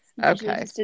okay